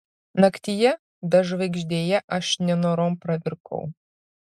naktyje bežvaigždėje aš nenorom pravirkau